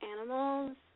animals